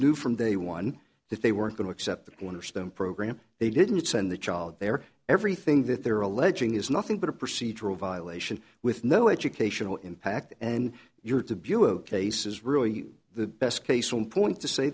knew from day one that they weren't going to accept the cornerstone program they didn't send the child there everything that they're alleging is nothing but a procedural violation with no educational impact and you're to view of cases really the best case on point to say